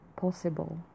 possible